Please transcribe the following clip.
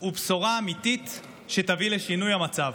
הוא בשורה אמיתית שתביא לשינוי המצב.